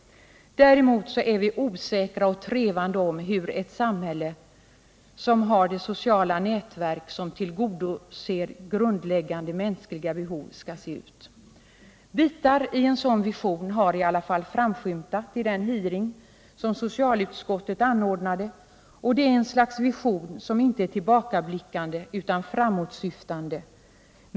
Däremot är vi osäkra och trevande om hur ett samhälle som har det sociala nätverk som tillgodoser grundläggande mänskliga behov skall se ut. Bitar i en sådan vision har i alla fall framskymtat i den hearing som socialutskottet anordnade, och det är ett slags vision som inte är tillbakablickande utan framåtsyftande.